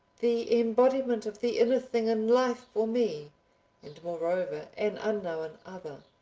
the embodiment of the inner thing in life for me and moreover an unknown other,